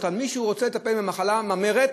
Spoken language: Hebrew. אבל זה כמו מי שרוצה לטפל במחלה הממארת